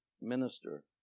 minister